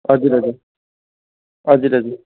हजुर हजुर हजुर हजुर